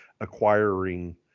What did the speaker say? acquiring